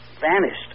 vanished